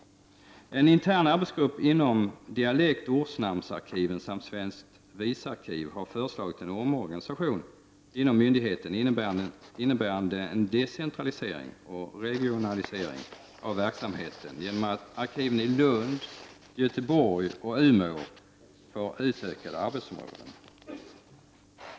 En intern arbetsgrupp inom dialektoch ortnamnsarkivet samt svenskt visarkiv har föreslagit en omorganisation inom myndigheten innebärande en decentralisering av verksamheten. Detta skulle ske genom att arkiven i Lund, Göteborg och Umeå får utökade arbetsområden.